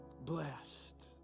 Blessed